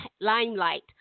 limelight